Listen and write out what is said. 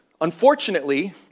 Unfortunately